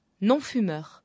non-fumeur